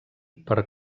per